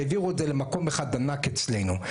העבירו את זה למקום אחד ענק אצלנו.